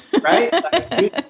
right